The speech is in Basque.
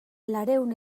laurehun